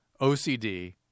OCD